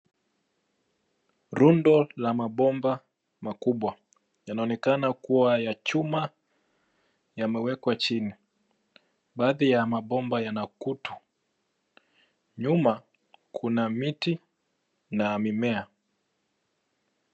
Rundo la mabomba makubwa, yanaonekana kuwa ya chuma, yamewekwa chini. Baadhi ya mabomba yana kutu. Nyuma, kuna miti na mimea.